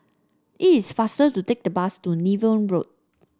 it is faster to take the bus to Niven Road